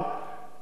ומחכים.